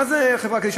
מה זה חברה קדישא,